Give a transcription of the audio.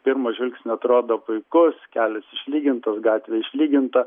pirmo žvilgsnio atrodo puikus kelias išlygintas gatvė išlyginta